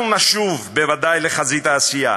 אנחנו נשוב בוודאי לחזית העשייה,